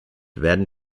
werden